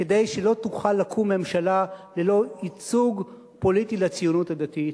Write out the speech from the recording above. כדי שלא תוכל לקום ממשלה ללא ייצוג פוליטי לציונות הדתית.